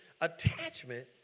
Attachment